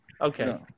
Okay